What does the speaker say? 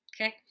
okay